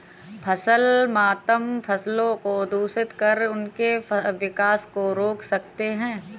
फसल मातम फसलों को दूषित कर उनके विकास को रोक सकते हैं